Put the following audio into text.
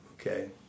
okay